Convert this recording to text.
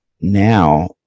now